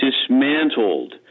dismantled